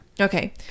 Okay